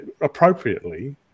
appropriately